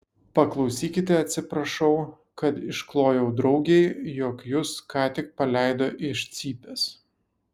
paklausykite atsiprašau kad išklojau draugei jog jus ką tik paleido iš cypės